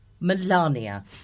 Melania